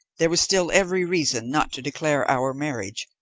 there was still every reason not to declare our marriage,